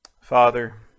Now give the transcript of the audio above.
Father